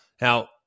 Now